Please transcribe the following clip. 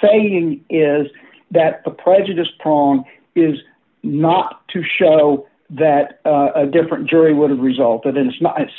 saying is that the prejudice prong is not to show that a different jury would have resulted in